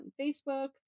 Facebook